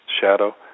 shadow